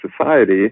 society